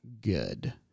good